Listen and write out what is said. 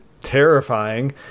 terrifying